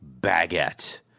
baguette